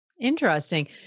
Interesting